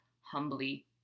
humbly